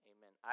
Amen